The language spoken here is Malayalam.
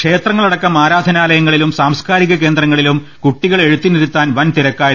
ക്ഷേത്രങ്ങളട്ടക്കം ആരാ ധനാലയങ്ങളിലും സാംസ്കാരിക കേന്ദ്രങ്ങളിലും കുട്ടികളെ എഴുത്തിനിരുത്താൻ വൻ തിരക്കായിരുന്നു